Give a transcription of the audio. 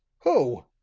who!